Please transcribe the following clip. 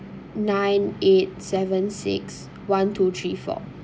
nine eight seven six one two three four